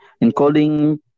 including